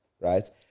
right